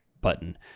button